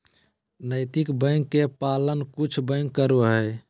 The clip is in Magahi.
नैतिक बैंक के पालन कुछ बैंक करो हइ